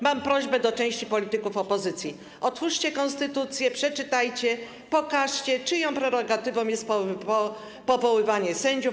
Mam prośbę do części polityków opozycji: otwórzcie konstytucję, przeczytajcie, pokażcie, czyją prerogatywą jest powoływanie sędziów.